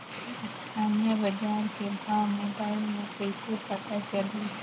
स्थानीय बजार के भाव मोबाइल मे कइसे पता चलही?